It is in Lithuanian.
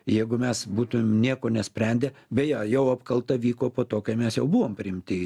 jeigu mes būtumėm nieko nesprendę beje jau apkalta vyko po to kai mes jau buvom priimti